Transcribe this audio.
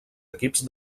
equips